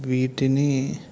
వీటిని